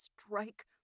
strike